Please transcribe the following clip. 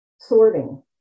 sorting